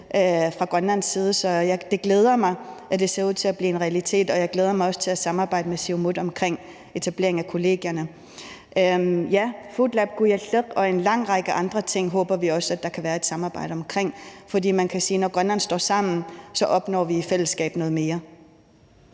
fra Grønlands side, så det glæder mig, at det ser ud til at blive en realitet, og jeg glæder også til at samarbejde med Siumut omkring etablering af kollegierne. Foodlab Kujalleq i Qaqortoq og en lang række andre ting håber vi også at der kan være et samarbejde omkring, for når Grønland står sammen, opnår vi i fællesskab noget mere.